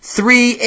Three